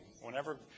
Whenever